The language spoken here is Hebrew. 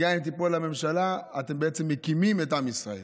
גם אם תיפול הממשלה, אתם בעצם מקימים את עם ישראל,